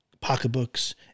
pocketbooks